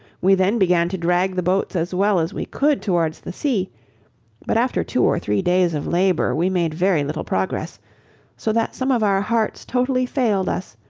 we then began to drag the boats as well as we could towards the sea but, after two or three days labour, we made very little progress so that some of our hearts totally failed us,